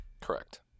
Correct